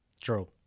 True